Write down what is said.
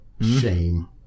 shame